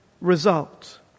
result